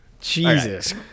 Jesus